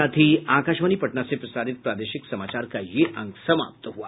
इसके साथ ही आकाशवाणी पटना से प्रसारित प्रादेशिक समाचार का ये अंक समाप्त हुआ